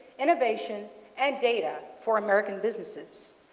innovation and data for american businesses.